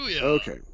Okay